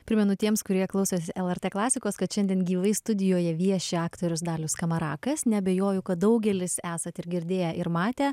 primenu tiems kurie klausėsi lrt klasikos kad šiandien gyvai studijoje vieši aktorius dalius skamarakas neabejoju kad daugelis esat ir girdėję ir matę